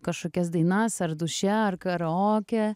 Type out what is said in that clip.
kažkokias dainas ar duše ar karaokę